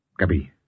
Gabi